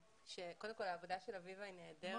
קודם כל העבודה של אביבה היא נהדרת.